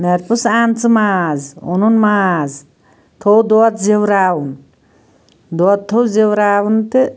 مےٚ دوٚپُس اَن ژٕ ماز اوٚنُن ماز تھوٚو دۄد زیٚوٕراوُن دۄد تھوٚو زیٚوٕراوُن تہٕ